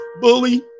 bully